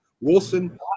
Wilson